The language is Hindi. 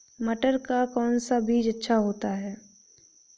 मटर का कौन सा बीज अच्छा होता हैं?